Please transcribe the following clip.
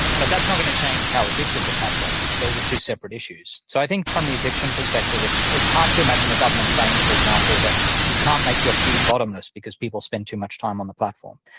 but that's not going to change how addictive the platform is. those are two separate issues. so i think from the addiction perspective, it's it's hard to imagine the government saying, for example, that you can't make your feed bottomless because people spend too much time on the platform.